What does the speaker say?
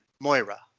Moira